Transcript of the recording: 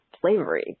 slavery